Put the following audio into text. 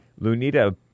Lunita